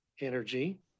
energy